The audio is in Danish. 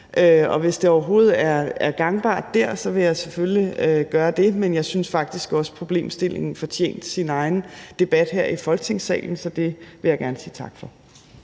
hvis det overhovedet er gangbart der, vil jeg selvfølgelig gøre det. Men jeg syntes faktisk også, at problemstillingen fortjente sin egen debat her i Folketingssalen, så det vil jeg gerne sige tak for.